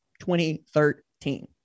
2013